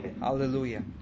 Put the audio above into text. Hallelujah